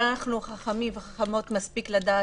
אבל אנחנו חכמים וחכמות מספיק לדעת